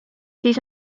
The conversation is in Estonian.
siis